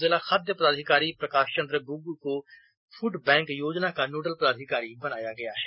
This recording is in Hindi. जिला खाद्य पदाधिकारी प्रकाश चंद्र ग्रग्गी को फूड बैंक योजना का नोडल पदाधिकारी बनाया गया है